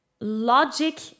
logic